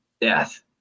death